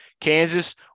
Kansas